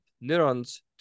neurons